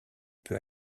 peut